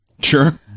Sure